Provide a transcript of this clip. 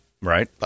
right